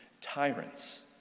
tyrants